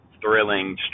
thrilling